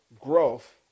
growth